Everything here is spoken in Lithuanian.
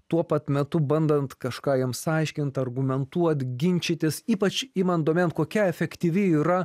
tuo pat metu bandant kažką jiems aiškint argumentuot ginčytis ypač imant domėn kokia efektyvi yra